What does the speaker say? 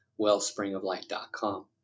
wellspringoflight.com